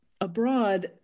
abroad